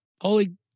Holy